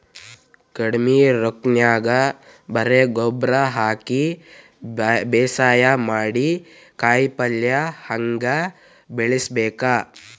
ಕಡಿಮಿ ರೊಕ್ಕನ್ಯಾಗ ಬರೇ ಗೊಬ್ಬರ ಹಾಕಿ ಬೇಸಾಯ ಮಾಡಿ, ಕಾಯಿಪಲ್ಯ ಹ್ಯಾಂಗ್ ಬೆಳಿಬೇಕ್?